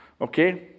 Okay